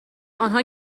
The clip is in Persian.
آنها